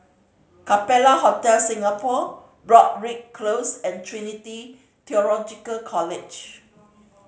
Capella Hotel Singapore Broadrick Close and Trinity Theological College